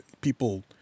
people